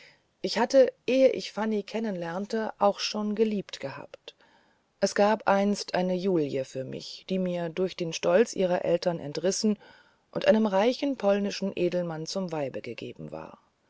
ich hatte ehe ich fanny kennen lernte auch schon geliebt gehabt es gab einst eine julie für mich die mir durch den stolz ihrer eltern entrissen und einem reichen polnischen edelmann zum weibe gegeben war